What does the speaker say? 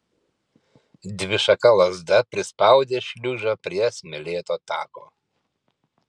dvišaka lazda prispaudė šliužą prie smėlėto tako